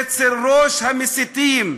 אצל ראש המסיתים.